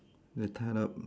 they tied up